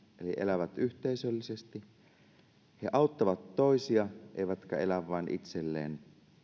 eli elävät yhteisöllisesti jotka auttavat toisia eivätkä elä vain itselleen